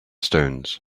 stones